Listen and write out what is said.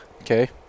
Okay